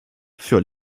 furent